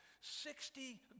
Sixty